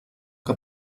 que